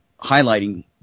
highlighting